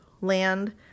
land